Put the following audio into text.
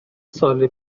سال